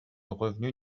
revenu